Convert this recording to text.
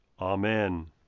Amen